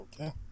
Okay